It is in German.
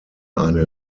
eine